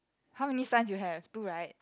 how many signs you have two right